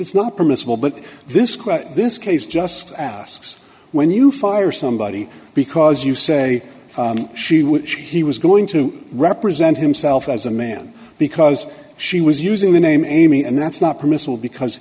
it's not permissible but this question this case just asks when you fire somebody because you say she wished he was going to represent himself as a man because she was using the name and that's not permissible because